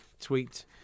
tweet